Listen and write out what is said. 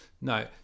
no